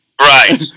right